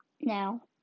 Now